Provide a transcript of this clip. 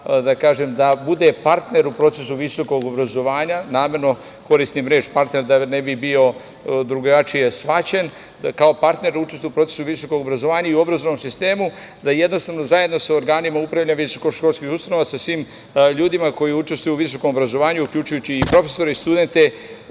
da bude partner u procesu visokog obrazovanja. Namerno koristim reč partner da ne bih bio drugačije shvaćen. Dakle, kao partner učestvuje u procesu visokog obrazovanja i obrazovnom sistemu, da jednostavno zajedno sa organima upravljanja visokoškolskih ustanova, sa svim ljudima koji učestvuju u visokom obrazovanju, uključujući i profesore i studente,